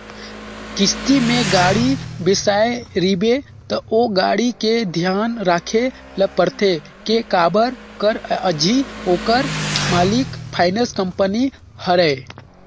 किस्ती में गाड़ी बिसाए रिबे त ओ गाड़ी के धियान राखे ल परथे के काबर कर अझी ओखर मालिक फाइनेंस कंपनी हरय